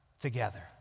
together